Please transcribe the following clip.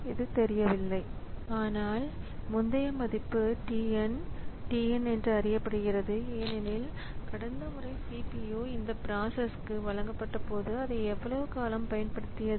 இது தெரியவில்லை ஆனால் முந்தைய மதிப்பு t n t n அறியப்படுகிறது ஏனெனில் கடந்த முறை CPU இந்த பிராசஸ்க்கு வழங்கப்பட்டபோது அதை எவ்வளவு காலம் பயன்படுத்தியது